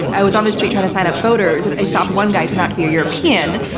and i was on the street trying to sign up voters, and i stopped one guy, turned out to be a european.